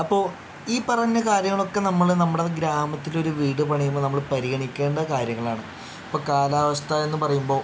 അപ്പോൾ ഈ പറഞ്ഞ കാര്യങ്ങളൊക്കെ നമ്മൾ നമ്മുടെ ഗ്രാമത്തിലൊരു വീട് പണിയുമ്പോൾ നമ്മൾ പരിഗണിക്കേണ്ട കാര്യങ്ങളാണ് ഇപ്പം കാലാവസ്ഥ എന്ന് പറയുമ്പോൾ